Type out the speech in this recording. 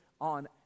on